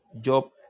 job